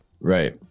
Right